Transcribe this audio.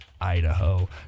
idaho